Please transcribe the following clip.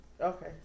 Okay